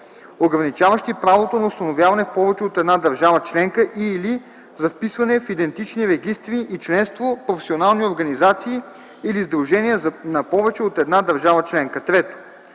ограничаващи правото на установяване в повече от една държава членка и/или за вписване в идентични регистри и членство в професионални организации или сдружения на повече от една държава членка; 3.